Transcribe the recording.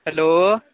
hello